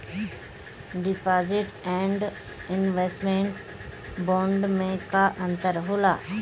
Deposit and investment bond मे का अंतर होला?